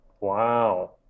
Wow